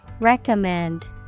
Recommend